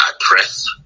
address